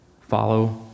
follow